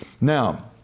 Now